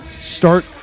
start